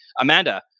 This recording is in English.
Amanda